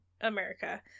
America